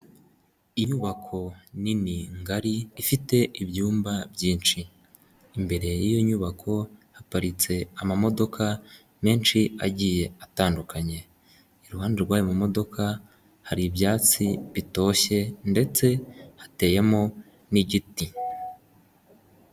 inyubako nini ngari ifite ibyumba byinshi. Imbere yiyo nyubako haparitse amamodoka menshi agiye atandukanye iruhande rwayo mu modoka hari ibyatsi bitoshye ndetse hateyemo n'igiti.